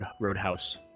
Roadhouse